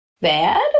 bad